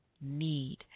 need